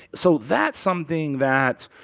so that's something that,